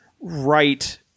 right